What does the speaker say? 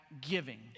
giving